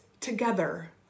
together